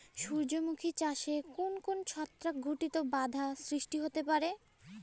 সূর্যমুখী চাষে কোন কোন ছত্রাক ঘটিত বাধা সৃষ্টি হতে পারে?